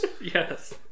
Yes